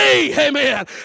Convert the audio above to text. Amen